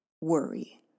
worry